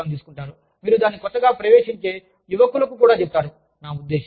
మీరు అదే ప్రోగ్రామ్ను తీసుకుంటారు మీరు దానిని కొత్తగా ప్రవేశించే యువకులు కూడా చెబుతారు